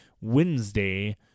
Wednesday